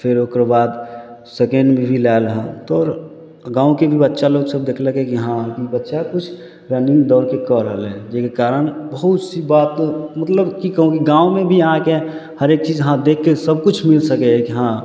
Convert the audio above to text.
फेर ओकर बाद सकेंड भी लायल हँ तऽ गाँवके भी बच्चा लोक सब देखलकै की हँ ई बच्चा किछु रनिंग दौड़के कऽ रहले हइ जाहिके कारण बहुत सी बात मतलब की कहु गाँवमे भी अहाँके हरेक चीज अहाँ देखके सबकिछु मिल सकै हइ की हँ